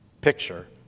picture